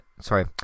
Sorry